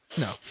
No